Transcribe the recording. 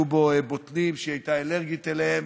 בו בוטנים שהיא הייתה אלרגית אליהם,